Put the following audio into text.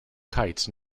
kites